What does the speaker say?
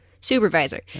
supervisor